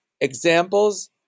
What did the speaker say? examples